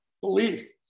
belief